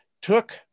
took